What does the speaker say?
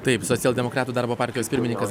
taip socialdemokratų darbo partijos pirmininkas